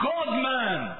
God-man